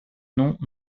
noms